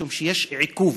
משום שיש עיכוב,